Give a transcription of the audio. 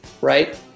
right